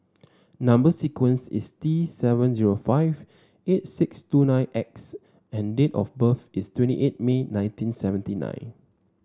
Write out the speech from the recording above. number sequence is T seven zero five eight six two nine X and date of birth is twenty eight May nineteen seventy nine